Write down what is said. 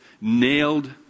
nailed